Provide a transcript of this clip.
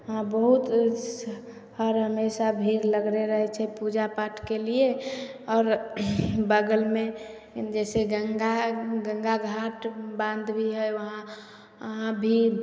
वहाँ बहुत हर हमेशा भीड़ लगले रहै छै पूजा पाठके लिए आओर बगलमे जइसे गङ्गा गङ्गा घाट बान्ह भी हइ वहाँ अभी